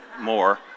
more